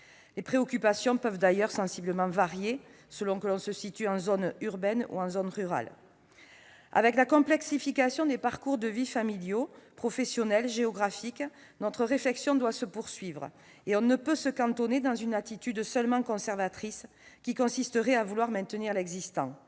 Les préoccupations peuvent d'ailleurs sensiblement varier selon que l'on se situe en zone urbaine ou en zone rurale. Avec la complexification des parcours de vie familiaux, professionnels et géographiques, notre réflexion doit se poursuivre. On ne peut pas se cantonner dans une attitude seulement conservatrice consistant à vouloir maintenir l'existant.